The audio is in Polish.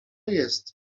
jest